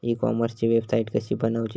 E कॉमर्सची website कशी बनवची?